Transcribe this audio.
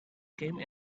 came